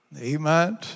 Amen